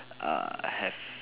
err have